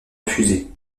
refusée